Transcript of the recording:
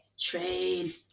train